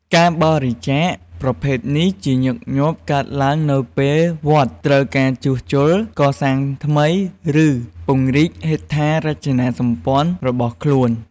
ការបរិច្ចាគប្រភេទនេះជាញឹកញាប់កើតឡើងនៅពេលវត្តត្រូវការជួសជុល កសាងថ្មី ឬពង្រីកហេដ្ឋារចនាសម្ព័ន្ធរបស់ខ្លួន។